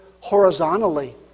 horizontally